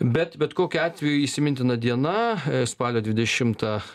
bet bet kokiu atveju įsimintina diena spalio dvidešimtą